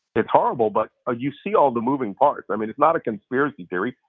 it's horrible, but ah you see all the moving parts. i mean, it's not a conspiracy theory.